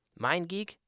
MindGeek